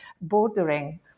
bordering